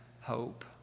hope